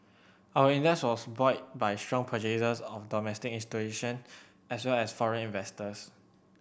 our index was buoyed by strong purchases of domestic institution as well as foreign investors